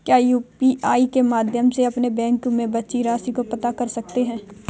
क्या यू.पी.आई के माध्यम से अपने बैंक में बची राशि को पता कर सकते हैं?